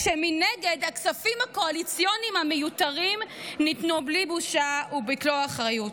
כשמנגד הכספים הקואליציוניים המיותרים ניתנו בלי בושה וביטלו אחריות.